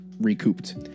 recouped